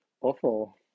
awful